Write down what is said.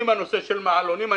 עם הנושא של מעלונים.